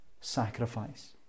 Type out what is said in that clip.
sacrifice